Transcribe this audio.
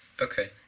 Okay